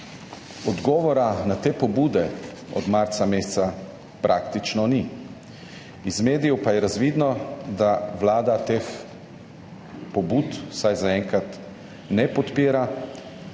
Odgovora na te pobude od meseca marca praktično ni, iz medijev pa je razvidno, da vlada teh pobud, vsaj zaenkrat, ne podpira.